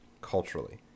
culturally